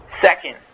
Second